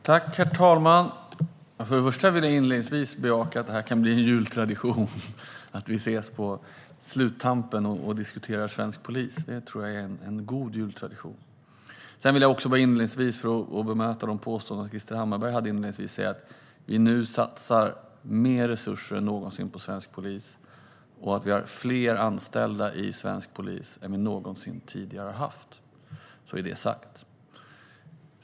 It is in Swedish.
Herr talman! Jag vill börja med att bejaka att det kan bli en jultradition att jag och Krister Hammarbergh ses på sluttampen för att diskutera svensk polis. Det vore en god jultradition. För att bemöta de påståenden Krister Hammarbergh gjorde inledningsvis vill jag säga att vi nu satsar mer resurser än någonsin på svensk polis och att vi har fler anställda inom svensk polis än vi någonsin tidigare haft. Så är det sagt.